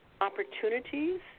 opportunities